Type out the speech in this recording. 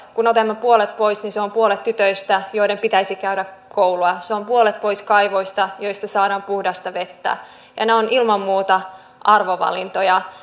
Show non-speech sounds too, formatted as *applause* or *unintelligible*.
kun otamme puolet pois niin se on puolet tytöistä joiden pitäisi käydä koulua se on puolet pois kaivoista joista saadaan puhdasta vettä ja ja nämä ovat ilman muuta arvovalintoja *unintelligible*